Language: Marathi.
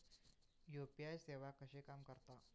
यू.पी.आय सेवा कशी काम करता?